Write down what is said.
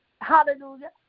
hallelujah